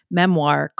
memoir